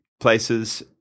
places